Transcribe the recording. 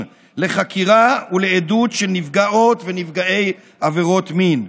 לחקירה ולעדות של נפגעות ונפגעי עבירות מין,